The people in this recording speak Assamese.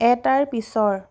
এটাৰ পিছৰ